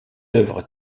œuvres